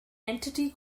entity